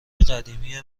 قدیمی